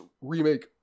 remake